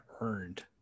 earned